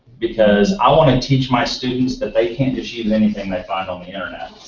because i want to and teach my students that they can't just use anything they find on the internet.